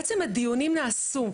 בעצם, הדיונים נעשו.